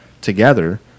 together